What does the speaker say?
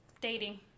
dating